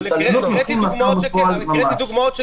אבל הקראתי דוגמאות שכן.